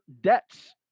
debts